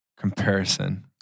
comparison